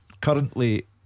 currently